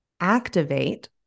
activate